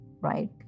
right